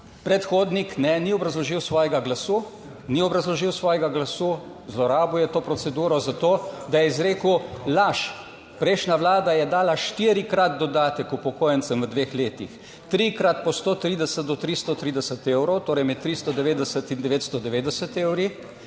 predhodnik ni obrazložil svojega glasu, ni obrazložil svojega glasu, zlorabil je to proceduro, zato da je izrekel laž. Prejšnja Vlada je dala štirikrat dodatek upokojencem, v dveh letih, trikrat po 130 do 330 evrov, torej med 390 in 990 evri